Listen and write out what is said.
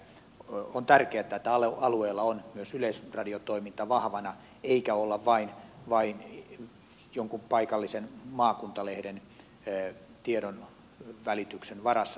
on tärkeätä että alueella on myös yleisradiotoiminta vahvana eikä olla vain jonkun paikallisen maakuntalehden tiedonvälityksen varassa